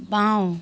বাওঁ